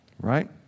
Right